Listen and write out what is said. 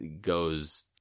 goes